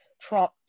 Trump